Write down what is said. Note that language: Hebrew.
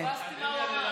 פספסתי מה הוא אמר.